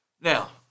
Now